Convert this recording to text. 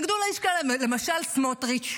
התנגד לעסקה למשל סמוטריץ'.